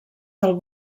del